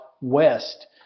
west